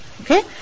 Okay